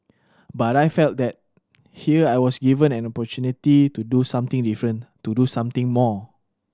but I felt that here I was given an opportunity to do something different to do something more